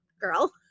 girl